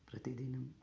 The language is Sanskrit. प्रतिदिनम्